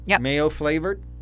Mayo-flavored